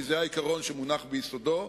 כי זה העיקרון שמונח ביסודו.